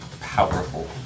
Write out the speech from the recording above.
powerful